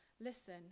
Listen